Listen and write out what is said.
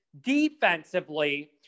defensively